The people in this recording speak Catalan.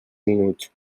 minuts